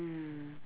mm